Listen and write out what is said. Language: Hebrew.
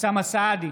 אוסאמה סעדי,